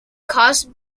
caused